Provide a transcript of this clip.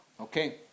Okay